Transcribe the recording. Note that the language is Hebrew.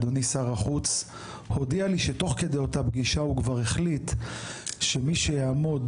שאדוני שר החוץ הודיע לי שתוך כדי אותה פגישה הוא כבר החליט שמי שיעמוד